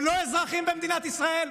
הם לא אזרחים במדינת ישראל,